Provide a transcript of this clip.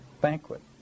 banquet